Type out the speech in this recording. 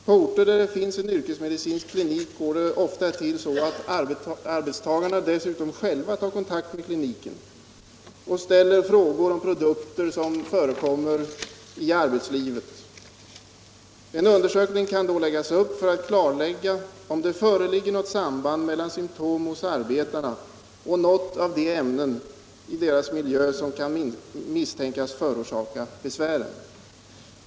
På orter där det finns en yrkesmedicinsk klinik går det ofta till så att arbetstagarna dessutom själva tar kontakt Om åtgärder för att med kliniken och ställer frågor om produkter som förekommer i arbetsförbättra personallivet. En undersökning kan då läggas upp för att klarlägga om det fö = situationen i religger något samband mellan symtom hos arbetarna och något av de deltidsförskolan ämnen i deras miljö som kan misstänkas förorsaka besvären.